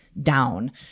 down